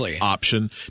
option